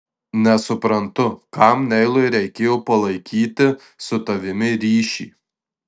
nesuprantu kam neilui reikėjo palaikyti su tavimi ryšį